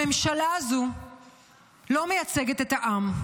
הממשלה הזאת לא מייצגת את העם.